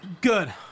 Good